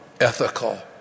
ethical